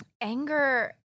anger